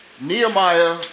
Nehemiah